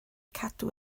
cadw